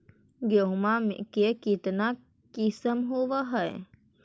गेहूमा के कितना किसम होबै है?